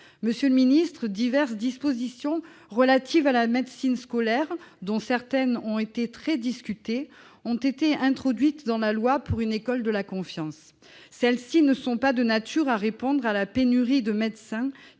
Monsieur le secrétaire d'État, diverses dispositions relatives à la médecine scolaire, dont certaines ont été très discutées, ont été introduites dans la loi pour une école de la confiance. Celles-ci ne sont pas de nature à répondre à la pénurie de médecins,